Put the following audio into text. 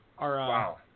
Wow